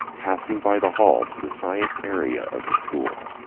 passing by the hall to the science area of the school.